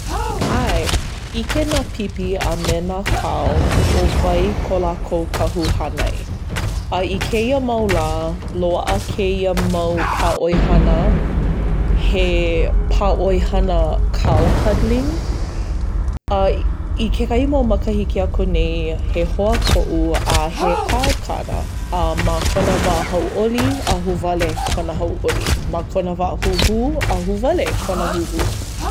ʻAe, ʻike nā pipi a me nā kao ʻo wai ko lākou kahu hānai. A i kēia mau lā, loaʻa kēia mau pāʻoihana. He pāʻoihana cow cuddling. I kekahi mau makahiki aku nei, he hoa koʻu, a he kao kāna. A ma kona wā hauʻoli, ahuwale kona hauʻoli. Ma kona wā huhū, ahuwale kona huhū.